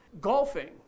golfing